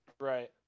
Right